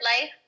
life